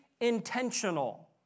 intentional